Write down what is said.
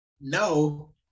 No